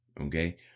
Okay